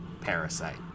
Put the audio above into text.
Parasite